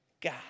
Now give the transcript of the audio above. God